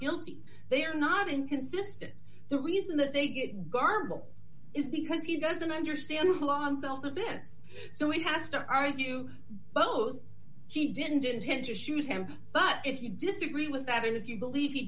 guilty they are not inconsistent the reason that they get garble is because he doesn't understand law on the bit so he has to argue both he didn't intend to shoot him but if you disagree with that and if you believe he